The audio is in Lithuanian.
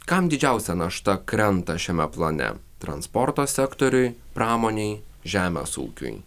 kam didžiausia našta krenta šiame plane transporto sektoriui pramonei žemės ūkiui